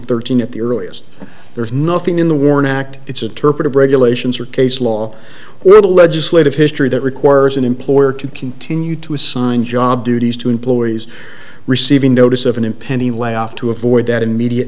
thirteen at the earliest there is nothing in the warren act it's a target of regulations or case law or the legislative history that requires an employer to continue to assign job duties to employees receiving notice of an impending layoff to avoid that immediate